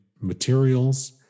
materials